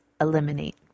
eliminate